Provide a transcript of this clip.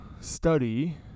study